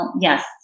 Yes